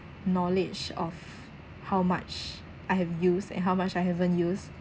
knowledge of how much I have used and how much I haven't use